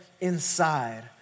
inside